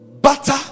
Butter